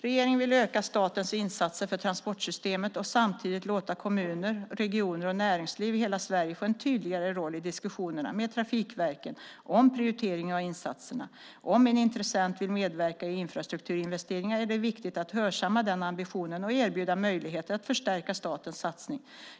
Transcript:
Regeringen vill öka statens insatser för transportsystemet och samtidigt låta kommuner, regioner och näringsliv i hela Sverige få en tydligare roll i diskussionerna med trafikverken om prioriteringen av insatserna. Om en intressent vill medverka i infrastrukturinvesteringar är det viktigt att hörsamma den ambitionen och erbjuda möjligheter att förstärka statens satsning.